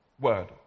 word